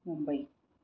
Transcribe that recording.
Mumbai